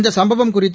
இந்த சம்பவம் குறித்து